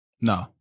No